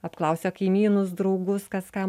apklausia kaimynus draugus kas ką